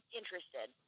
interested